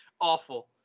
awful